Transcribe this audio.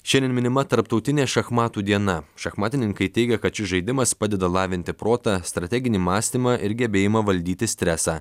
šiandien minima tarptautinė šachmatų diena šachmatininkai teigia kad šis žaidimas padeda lavinti protą strateginį mąstymą ir gebėjimą valdyti stresą